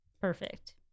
Perfect